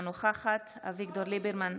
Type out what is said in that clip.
אינה נוכחת אביגדור ליברמן,